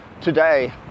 today